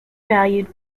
valued